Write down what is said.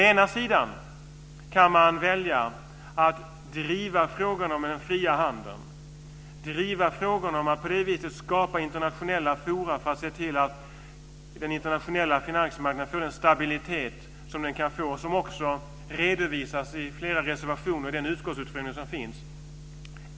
Man kan välja att driva frågan om den fria handeln, driva frågan om att på det viset skapa internationella forum för att se till att den internationella finansmarknaden blir så stabil som möjligt - något som också redovisas i flera reservationer och i den utskottsutfrågning som finns.